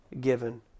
given